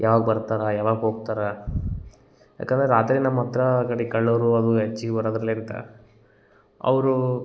ಯಾವಾಗ ಬರ್ತಾರೆ ಯಾವಾಗ ಹೋಗ್ತಾರೆ ಯಾಕಂದ್ರೆ ರಾತ್ರಿ ನಮ್ಮ ಹತ್ತಿರ ಗಡಿ ಕಳ್ಳರು ಅದು ಹೆಚ್ಗಿ ಬರೊದ್ರಲ್ಲಿರ್ತಾರ ಅವರು